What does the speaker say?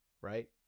right